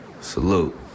Salute